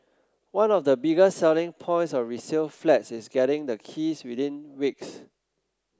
one of the biggest selling points of resale flats is getting the keys within weeks